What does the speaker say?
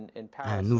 in paris,